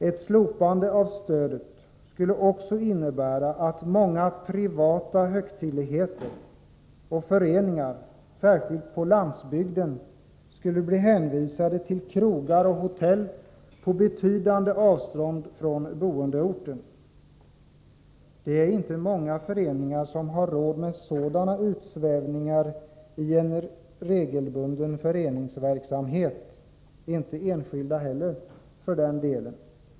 Ett slopande av stödet skulle också innebära att många privata högtidligheter och föreningar särskilt på landsbygden skulle bli hänvisade till krogar och hotell på betydande avstånd från boendeorten. Det är inte många föreningar som har råd med sådana utsvävningar i en regelbunden föreningsverksamhet —-inte enskilda heller för den delen.